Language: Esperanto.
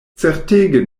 certege